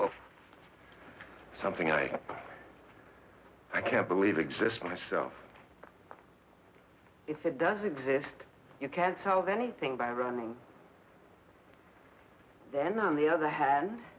of something i i can't believe exists myself if it does exist you can't solve anything by running then on the other hand